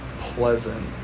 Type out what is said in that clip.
pleasant